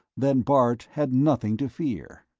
then bart had nothing to fear.